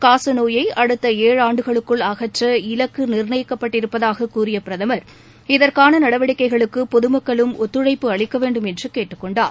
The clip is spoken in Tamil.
காசநோயை அடுத்த அழாண்டுகளுக்குள் அகற்ற இலக்கு நிர்ணயிக்கப்பட்டிருப்பதாக கூறிய பிரதமர் இதற்கான நடவடிக்கைகளுக்கு பொதுமக்களும் ஒத்துழைப்பு அளிக்க வேண்டும் என்று கேட்டுக் கொண்டார்